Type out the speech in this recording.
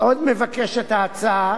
עוד מבקשת ההצעה